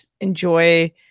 enjoy